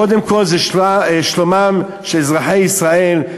קודם כול זה שלומם של אזרחי ישראל,